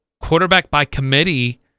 quarterback-by-committee